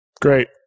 Great